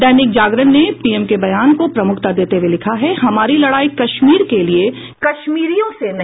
दैनिक जागरण ने पीएम के बयान को प्रमुखता देते हुये लिखा है हमारी लड़ाई कश्मीर के लिये कश्मीरियों से नहीं